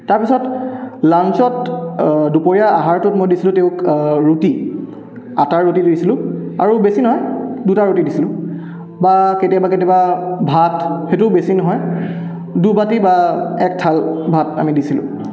তাৰপিছত লাঞ্ছত দুপৰীয়া আহাৰটোত মই দিছিলোঁ তেওঁক ৰুটি আটাৰ ৰুটি দিছিলোঁ আৰু বেছি নহয় দুটা ৰুটি দিছিলোঁ বা কেতিয়াবা কেতিয়াবা ভাত সেইটোও বেছি নহয় দুবাটি বা এক থাল ভাত আনি দিছিলোঁ